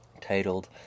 titled